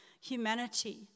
humanity